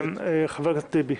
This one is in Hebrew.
חבר הכנסת טיבי.